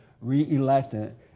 re-elected